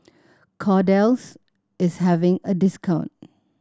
Kordel's is having a discount